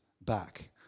back